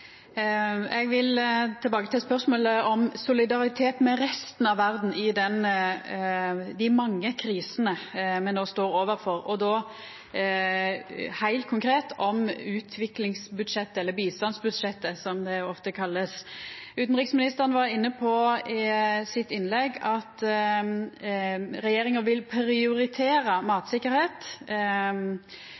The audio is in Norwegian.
Eg vil tilbake til spørsmålet om solidaritet med resten av verda i dei mange krisene me no står overfor, og då heilt konkret utviklingsbudsjettet, eller bistandsbudsjettet, som det ofte vert kalla. Utanriksministeren var i innlegget sitt inne på at regjeringa vil prioritera